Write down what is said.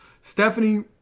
Stephanie